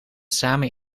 samen